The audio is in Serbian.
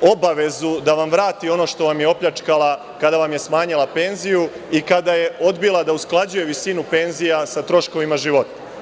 obavezu da vam vrati ono što vam je opljačkala kada vam je smanjila penziju i kada je odbila da usklađuje penzije sa troškovima života.